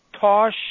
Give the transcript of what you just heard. Tosh